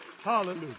Hallelujah